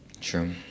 True